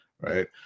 Right